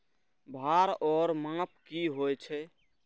भार ओर माप की होय छै?